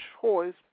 choice